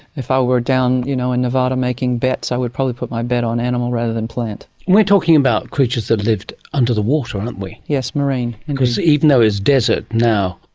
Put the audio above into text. if i were down you know in nevada making bets, i would probably put my bet on animal rather than plant. we're talking about creatures that lived under the water, aren't we. yes, marine. because even though it's desert now,